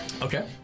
Okay